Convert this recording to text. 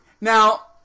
Now